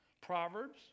Proverbs